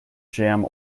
jam